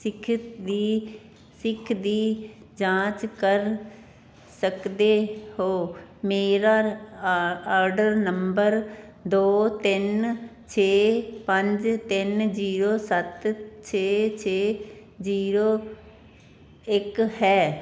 ਸਿਖਤ ਦੀ ਸਿੱਖ ਦੀ ਜਾਂਚ ਕਰ ਸਕਦੇ ਹੋ ਮੇਰਾ ਆ ਆਡਰ ਨੰਬਰ ਦੋ ਤਿੰਨ ਛੇ ਪੰਜ ਤਿੰਨ ਜੀਰੋ ਸੱਤ ਛੇ ਛੇ ਜੀਰੋ ਇੱਕ ਹੈ